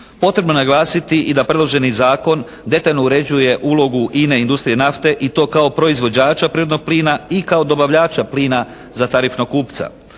Potrebno je naglasiti i da predloženi zakon detaljno uređuje ulogu INA-e industrije nafte i to kao proizvođača prirodnog plina i kao dobavljača plina za tarifnog kupca.